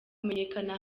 kumenyakana